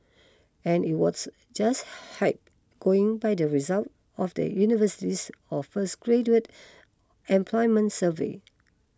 and it whats just hype going by the result of the university's of first graduate employment survey